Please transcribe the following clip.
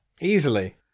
Easily